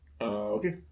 Okay